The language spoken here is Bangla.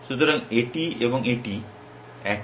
সুতরাং এটি এবং এটি একই